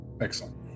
Excellent